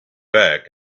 back